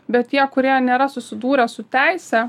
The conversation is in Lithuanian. bet tie kurie nėra susidūrę su teise